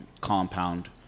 compound